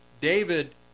David